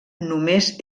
només